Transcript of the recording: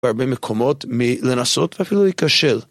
בהרבה מקומות מלנסות ואפילו להיקשר.